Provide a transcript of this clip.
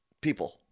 People